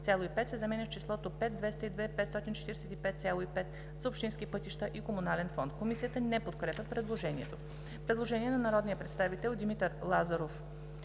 545,5“ се заменя с числото „5 202 545,5“ – за общински пътища и комунален фонд“. Комисията не подкрепя предложението. Предложение на народните представители Димитър Лазаров,